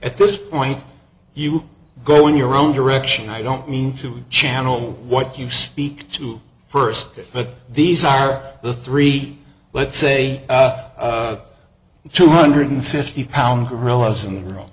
at this point you go in your own direction i don't mean to channel what you speak to first but these are the three let's say two hundred fifty pound gorillas in the r